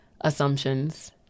assumptions